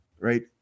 Right